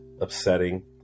upsetting